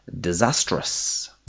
Disastrous